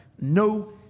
no